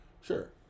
Sure